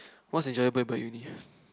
what's enjoyable about uni